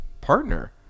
partner